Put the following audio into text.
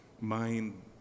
mind